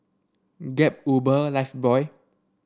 Gap Uber Lifebuoy